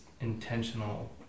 intentional